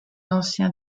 ancien